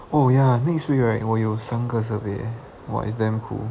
oh ya next week right 我有三个 survey !wah! it's damn cool